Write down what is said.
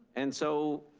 and so,